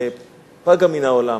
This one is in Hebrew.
פגה מן העולם.